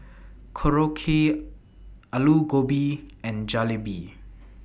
Korokke Alu Gobi and Jalebi